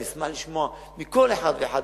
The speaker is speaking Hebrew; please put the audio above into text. אשמח לשמוע מכל אחד ואחד,